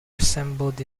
assembled